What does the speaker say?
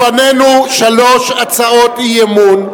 לפנינו שלוש הצעות אי-אמון,